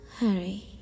hurry